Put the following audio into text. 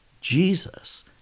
jesus